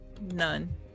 None